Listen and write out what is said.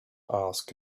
ask